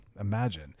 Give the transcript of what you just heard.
imagine